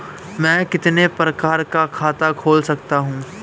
मैं कितने प्रकार का खाता खोल सकता हूँ?